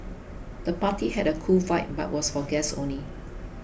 the party had a cool vibe but was for guests only